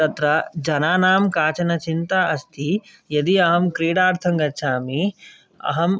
तत्र जनानां काचन चिन्ता अस्ति यदि अहं क्रीडार्थं गच्छामि अहं